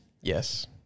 Yes